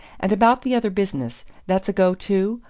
and about the other business that's a go too?